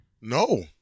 No